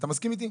אתה מסכים איתי?